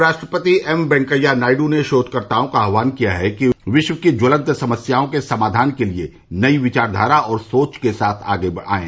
उपराष्ट्रपति एम वेंकैया नायडू ने शोधकर्ताओं का आह्वान किया है कि वे विश्व की ज्वलंत समस्याओं के समाधान के लिए नई विचारधारा और सोच के साथ आगे आयें